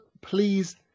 please